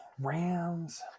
rams